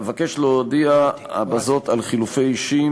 אבקש להודיע בזאת על חילופי אישים